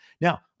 Now